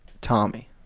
Tommy